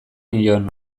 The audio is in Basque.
nion